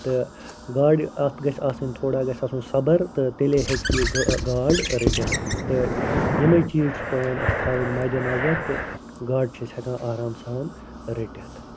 تہٕ گاڈِ اتھ گَژھِ آسٕن تھوڑا اتھ گَژھِ آسُن صبر تہٕ تیٚلے ہیٚکہِ یہِ گاڈ رٔٹِتھ تہٕ یمے چیٖز چھِ پیٚوان اَسہِ تھاوٕنۍ مَدِ نَظَر تہٕ گاڈٕ چھِ أسۍ ہیٚکان آرام سان رٔٹِتھ